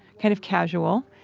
kind of casual.